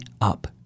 up